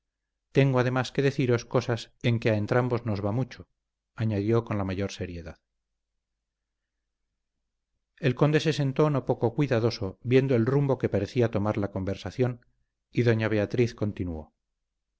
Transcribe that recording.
tengo además que deciros cosas en que a entrambos nos va mucho añadió con la mayor seriedad el conde se sentó no poco cuidadoso viendo el rumbo que parecía tomar la conversación y doña beatriz continuó